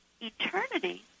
eternity